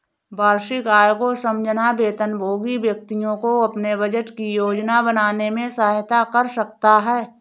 वार्षिक आय को समझना वेतनभोगी व्यक्तियों को अपने बजट की योजना बनाने में सहायता कर सकता है